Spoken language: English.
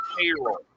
payroll